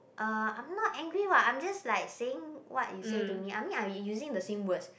uh I'm not angry [what] I'm just like saying what you say to me I mean I'm reusing the same words